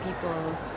people